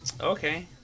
Okay